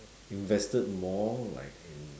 invested more like in